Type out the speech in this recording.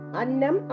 Annam